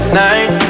night